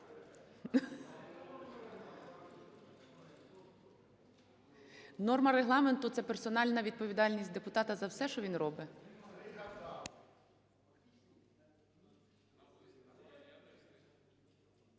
Норма Регламенту - це персональна відповідальність депутата за все, що він робить.